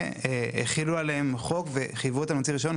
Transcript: והחילו עליהם חוק וחייבו עליהם להוציא רישיון.